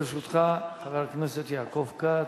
חבר הכנסת יעקב כץ,